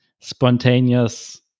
spontaneous